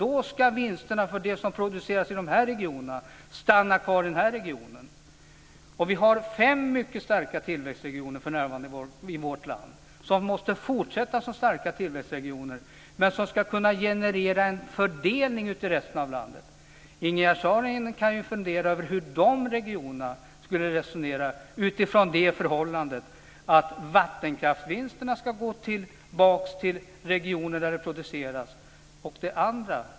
Då ska vinsterna från det som produceras i de här regionerna stanna kvar där, och vi har för närvarande fem mycket starka tillväxtregioner i vårt land. De måste fortsätta att vara starka tillväxtregioner, men de ska kunna generera en fördelning ut till resten av landet. Ingegerd Saarinen kan ju fundera över hur de regionerna skulle resonera utifrån det förhållandet att vattenkraftsvinsterna ska gå tillbaka till de regioner där vattenkraften produceras.